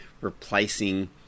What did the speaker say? replacing